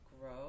grow